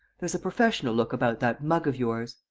there's a professional look about that mug of yours.